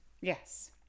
Yes